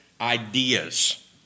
ideas